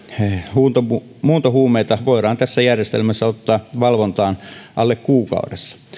muuntohuumeita muuntohuumeita voidaan tässä järjestelmässä ottaa valvontaan alle kuukaudessa